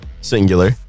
Singular